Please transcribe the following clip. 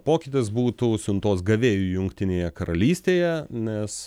pokytis būtų siuntos gavėjui jungtinėje karalystėje nes